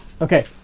Okay